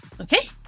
Okay